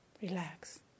relax